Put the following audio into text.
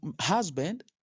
husband